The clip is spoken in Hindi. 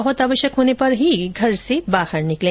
बहुत आवश्यक होने पर ही घर से बाहर निकलें